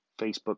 Facebook